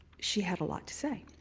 she had a lot to say.